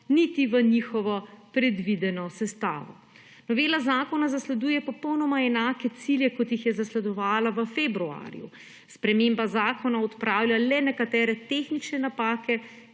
niti v njihovo predvideno sestavo. Novela zakona zasleduje popolnoma enake cilje, kot jih je zasledovala v februarju. Sprememba zakona odpravlja le nekatere tehnične napake,